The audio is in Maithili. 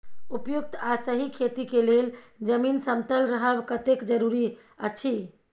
उपयुक्त आ सही खेती के लेल जमीन समतल रहब कतेक जरूरी अछि?